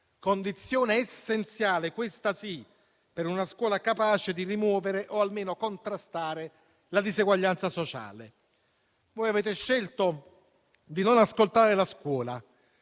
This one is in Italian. condizione essenziale - questa sì - per una scuola capace di rimuovere o almeno contrastare la disuguaglianza sociale. Voi avete scelto di non ascoltare la scuola